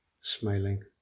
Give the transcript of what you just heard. smiling